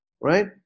right